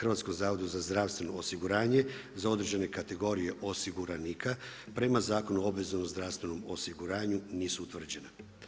HZZO-u, za određene kategorije osiguranika prema Zakonu o obveznom zdravstvenom osiguranju, nisu utvrđena.